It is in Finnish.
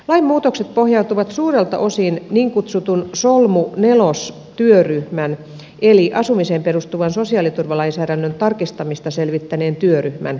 lainmuutokset pohjautuvat suurelta osin niin kutsutun solmu iv työryhmän eli asumiseen perustuvan sosiaaliturvalainsäädännön tarkistamista selvittäneen työryhmän ehdotuksiin